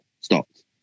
stopped